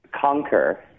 conquer